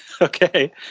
Okay